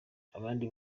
abandi